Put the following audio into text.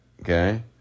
okay